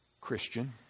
Christian